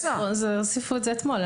הוסיפו את זה אתמול.